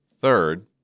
Third